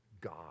God